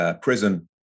Prison